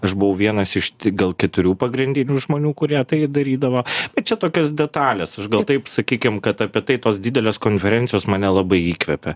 aš buvau vienas iš gal keturių pagrindinių žmonių kurie tai darydavo bet čia tokios detalės aš gal taip sakykim kad apie tai tos didelės konferencijos mane labai įkvepia